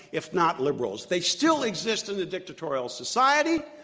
if not liberals. they still exist in the dictatorial society.